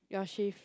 your shift